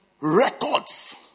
Records